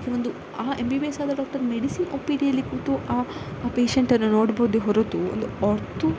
ಈಗ ಒಂದು ಆ ಎಮ್ ಬಿ ಬಿ ಎಸ್ ಆದ ಒಂದು ಡಾಕ್ಟರ್ ಮೆಡಿಸಿನ್ ಒ ಪಿ ಡಿಯಲ್ಲಿ ಕೂತು ಆ ಪೇಶೆಂಟನ್ನು ನೋಡ್ಬೋದೇ ಹೊರತು ಒಂದು ಆರ್ತೋ